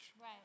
Right